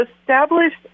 established